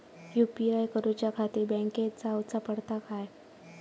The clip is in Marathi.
यू.पी.आय करूच्याखाती बँकेत जाऊचा पडता काय?